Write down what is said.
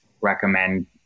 recommend